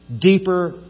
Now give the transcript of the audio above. deeper